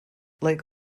like